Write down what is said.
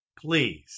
please